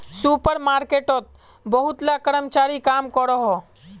super मार्केटोत बहुत ला कर्मचारी काम करोहो